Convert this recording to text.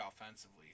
offensively